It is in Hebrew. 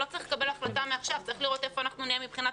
לא צריך לקבל החלטה מעכשיו אלא צריך לראות היכן נהיה מבחינת